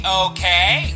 okay